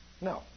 No